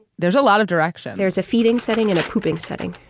there's a lot of direction. there's a feeding setting in a pooping setting.